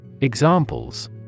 Examples